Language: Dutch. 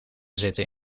zitten